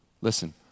Listen